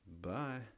Bye